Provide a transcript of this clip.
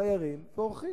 תיירים ואורחים.